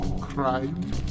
crime